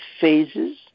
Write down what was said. phases